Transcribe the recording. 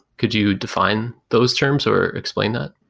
could you define those terms or explain that?